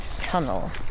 Tunnel